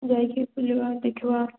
ଯାଇକି ବୁଲିବା ଦେଖିବା